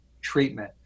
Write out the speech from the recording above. treatment